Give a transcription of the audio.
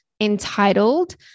entitled